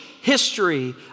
history